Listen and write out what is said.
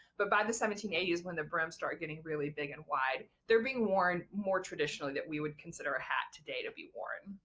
but by the seventeen eighty s when the brims start getting really big and wide, they're being worn more traditionally that we would consider a hat today to be worn.